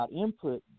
input